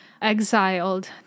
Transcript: Exiled